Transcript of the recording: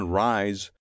rise